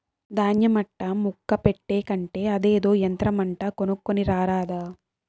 దాన్య మట్టా ముక్క పెట్టే కంటే అదేదో యంత్రమంట కొనుక్కోని రారాదా